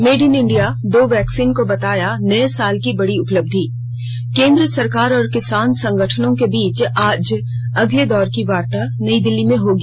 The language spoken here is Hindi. मेड इन इंडिया दो वैक्सीन को बताया नये साल की बड़ी उपलब्धि केन्द्र सरकार और किसान संगठनों के बीच आज अगले दौर की वार्ता नई दिल्ली में होगी